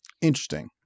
Interesting